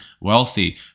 wealthy